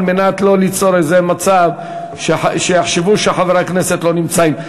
על מנת לא ליצור איזה מצב שיחשבו שחברי הכנסת לא נמצאים.